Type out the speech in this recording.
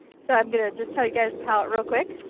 so i'm gonna just tell you guys the pallet real quick.